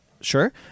sure